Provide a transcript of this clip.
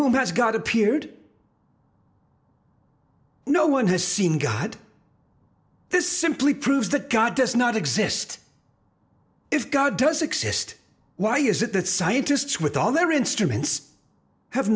whom has got appeared no one has seen god this simply proves that god does not exist if god does exist why is it that scientists with all their instruments have